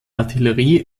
artillerie